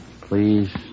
Please